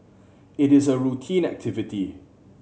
it is a routine activity